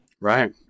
Right